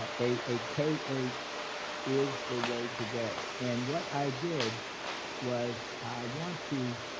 ah a k eight is the way to go, and what i did was i want to